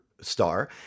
star